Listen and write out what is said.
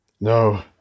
No